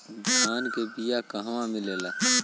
धान के बिया कहवा मिलेला?